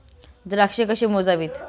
द्राक्षे कशी मोजावीत?